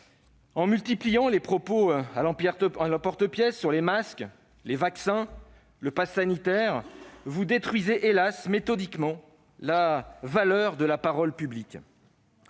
en multipliant les propos à l'emporte-pièce sur les masques, les vaccins, le passe sanitaire, vous dépréciez- hélas ! -méthodiquement la valeur de la parole publique.